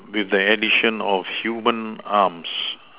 with the addition of human arms